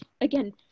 again